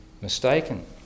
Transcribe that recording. mistaken